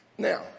Now